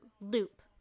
Loop